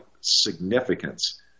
significance